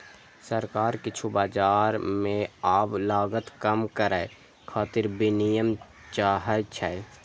सरकार किछु बाजार मे आब लागत कम करै खातिर विनियम चाहै छै